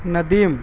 Nadeem